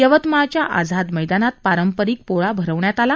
यवतमाळच्या आझाद मैदानात पारंपारिक पोळा भरवण्यात आला